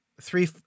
three